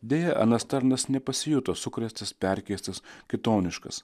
deja anas tarnas nepasijuto sukrėstas perkeistas kitoniškas